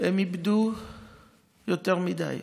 הם איבדו יותר מדי.